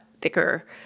thicker